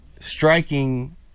striking